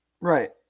Right